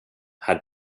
had